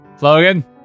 Logan